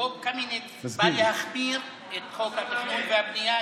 חוק קמיניץ בא להחמיר את חוק התכנון והבנייה,